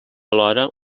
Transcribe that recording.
alhora